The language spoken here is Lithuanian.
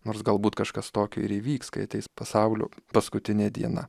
nors galbūt kažkas tokio ir įvyks kai ateis pasaulio paskutinė diena